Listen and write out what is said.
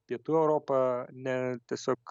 pietų europa ne tiesiog